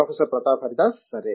professor Pratap Haridas సరే